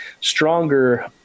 stronger